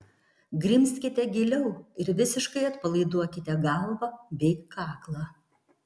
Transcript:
grimzkite giliau ir visiškai atpalaiduokite galvą bei kaklą